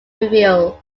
revealed